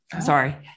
sorry